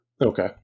Okay